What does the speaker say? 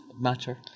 matter